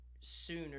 sooner